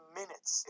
minutes